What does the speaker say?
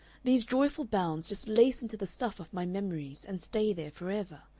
these joyful bounds just lace into the stuff of my memories and stay there forever.